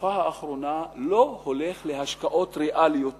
בתקופה האחרונה לא הולך להשקעות ריאליות במשק,